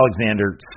Alexander